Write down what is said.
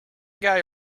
guy